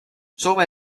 soome